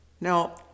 Now